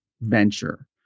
venture